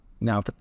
Now